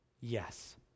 yes